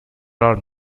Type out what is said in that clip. are